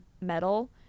metal